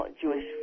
Jewish